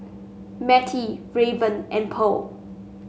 Mattie Raven and Pearl